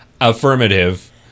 Affirmative